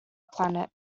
planet